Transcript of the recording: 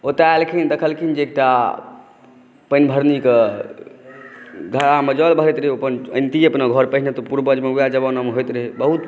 ओतय एलखिन देखलखिन जे एकटा पानिभरनीक घड़ामे जल भरैत रहै ओ अपन अनितिये अपना घर पहिने तऽ पूर्वजमे वएह ज़मानामे होइत रहै बहुत